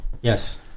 Yes